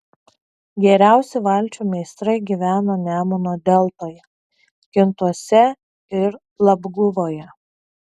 geriausi valčių meistrai gyveno nemuno deltoje kintuose ir labguvoje